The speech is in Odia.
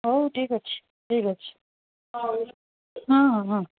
ହଉ ଠିକ୍ ଅଛି ଠିକ୍ ଅଛି ହଉ ହଁ ହଁ ହଁ